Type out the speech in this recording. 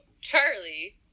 charlie